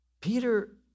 Peter